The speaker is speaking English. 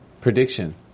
prediction